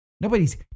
Nobody's